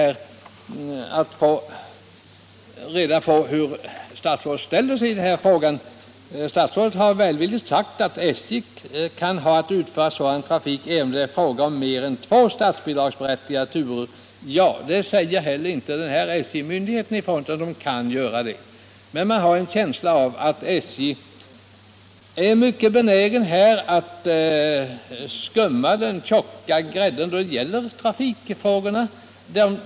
— Sr Jag vill därför fråga hur statsrådet ställer sig till denna sak. Statsrådet Om SJ:s busslinjehar välvilligt uttalat att ”SJ kan ha att utföra sådan trafik även om det = trafik är fråga om mer än två statsbidragsberättigade turer”. Något annat säger inte heller SJ-avdelningen i fråga. Men man har en känsla av att SJ har en benägenhet att skumma den tjocka grädden av mjölken.